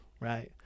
Right